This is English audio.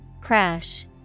Crash